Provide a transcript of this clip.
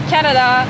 Canada